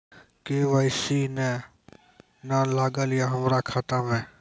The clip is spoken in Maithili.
के.वाई.सी ने न लागल या हमरा खाता मैं?